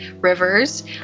Rivers